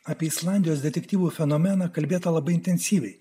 apie islandijos detektyvų fenomeną kalbėta labai intensyviai